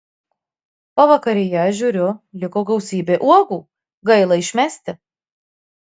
pavakaryje žiūriu liko gausybė uogų gaila išmesti